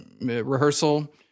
rehearsal